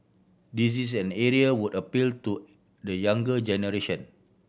this is an area would appeal to the younger generation